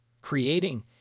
creating